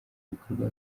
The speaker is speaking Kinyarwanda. ibikorwa